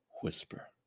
whisper